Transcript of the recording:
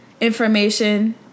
information